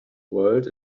world